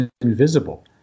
invisible